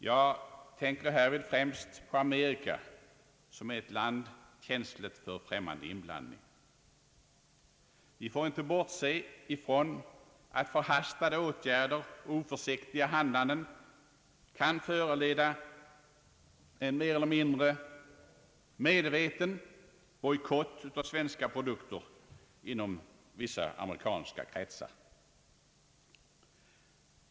Jag tänker härvid främst på Amerika som är ett land känsligt för främmande inblandning. Vi får inte bortse från att förhastade åtgärder och oförsiktigt handlande kan föranleda en mer eller mindre medveten bojkott av svenska produkter inom vissa amerikanska kretsar.